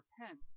repent